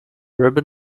ribbon